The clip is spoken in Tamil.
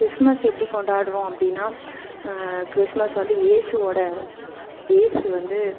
கிறிஸ்மஸ் எப்படி கொண்டாடுறோம் அப்படின்னா கிறிஸ்மஸ் வந்து இயேசுவோடய இயேசு வந்து